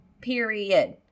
Period